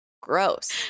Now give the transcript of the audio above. gross